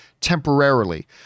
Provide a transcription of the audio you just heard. temporarily